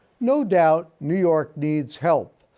no doubt new york needs help,